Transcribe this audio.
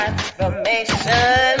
Transformation